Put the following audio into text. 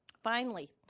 finally,